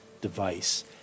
device